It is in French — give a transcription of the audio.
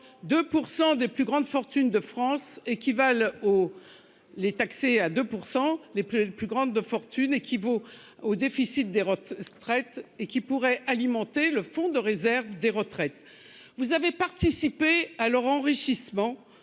les plus grandes fortunes équivaut au déficit des traites et qui pourrait alimenter le fonds de réserve des retraites. Vous avez participé à leur enrichissement.